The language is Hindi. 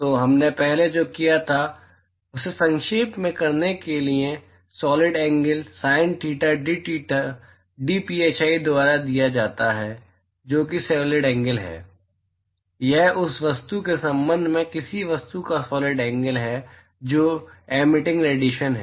तो हमने पहले जो किया था उसे संक्षेप में करने के लिए solid angle sin theta dtheta dphi द्वारा दिया जाता है जो कि सॉलिड एंगल है यह उस वस्तु के संबंध में किसी वस्तु का सॉलिड एंगल है जो एमिटिंग रेडिएशन है